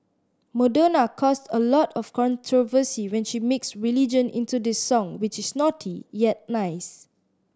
Madonna caused a lot of controversy when she mixed religion into this song which is naughty yet nice